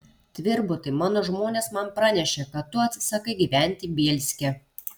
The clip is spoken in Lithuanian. tvirbutai mano žmonės man pranešė kad tu atsisakai gyventi bielske